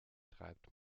treibt